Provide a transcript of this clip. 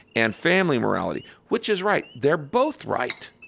and family morality which is right. they're both right.